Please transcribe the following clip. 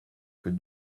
que